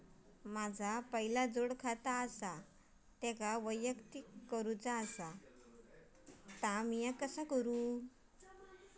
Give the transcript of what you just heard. माझा पहिला जोडखाता आसा त्याका वैयक्तिक करूचा असा ता मी कसा करू?